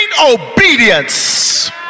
obedience